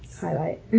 highlight